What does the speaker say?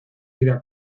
vida